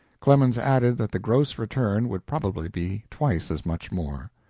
clemens added that the gross return would probably be twice as much more.